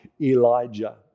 Elijah